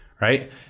Right